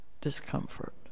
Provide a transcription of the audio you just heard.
discomfort